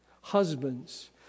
Husbands